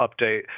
update